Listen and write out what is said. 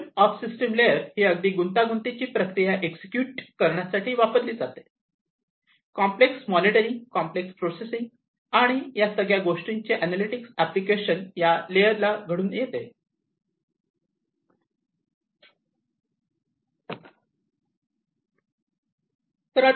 system of system layer ही अगदी गुंतागुंतीची प्रक्रिया एक्झिक्युट करण्यासाठी वापरली जाते कॉम्प्लेक्स मॉनिटरिंग कॉम्प्लेक्स प्रोसेसिंग आणि या सगळ्या गोष्टींचे अनालीटिक्स एप्लीकेशन या लेयरला घडून येते